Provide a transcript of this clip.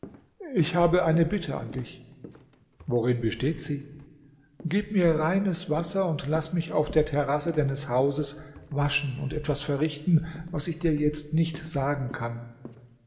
ich habe eine bitte an dich worin besteht sie gib mir reines wasser und laß mich auf der terrasse deines hauses waschen und etwas verrichten was ich dir jetzt nicht sagen kann